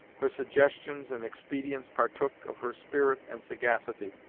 her suggestions and expedients partook of her spirit and sagacity,